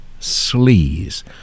sleaze